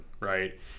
right